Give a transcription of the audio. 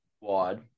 wide